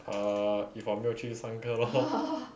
uh if 我没有去 then 三个 lor